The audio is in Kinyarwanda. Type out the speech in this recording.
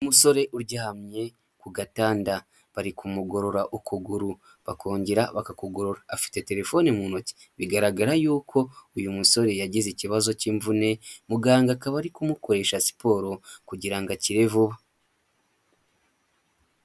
Umusore uryamye ku gatanda bari kumugorora ukuguru bakongera bakakugorora, afite telefoni mu ntoki. Bigaragara yuko uyu musore yagize ikibazo cy'imvune, muganga akaba ari kumukoresha siporo kugira akire vuba.